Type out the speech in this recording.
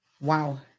Wow